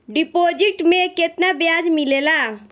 Deposit मे केतना बयाज मिलेला?